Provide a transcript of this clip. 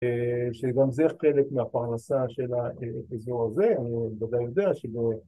‫שגם זה חלק מהפרנסה ‫של האזור הזה. ‫אני בוודאי יודע שזה...